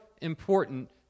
important